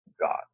God